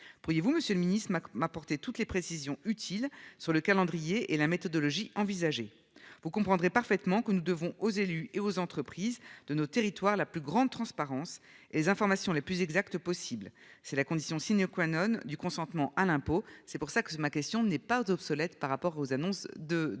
Pourriez-vous, Monsieur le Ministre m'apporter toutes les précisions utiles sur le calendrier et la méthodologie envisagez vous comprendrez parfaitement que nous devons aux élus et aux entreprises de nos territoires. La plus grande transparence et l'information la plus exacte possible. C'est la condition sine qua none du consentement à l'impôt. C'est pour ça que ma question n'est pas obsolète par rapport aux annonces de de